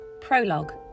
Prologue